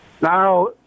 Now